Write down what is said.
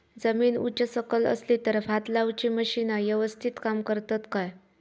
जमीन उच सकल असली तर भात लाऊची मशीना यवस्तीत काम करतत काय?